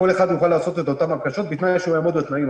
כל יוכל לעשות את אותן הקשות בתנאי שהוא יעמוד בתנאים.